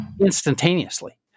instantaneously